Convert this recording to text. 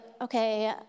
Okay